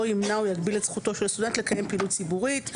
ימנע או יגביל את זכותו של סטודנט לקיים פעילות ציבורית,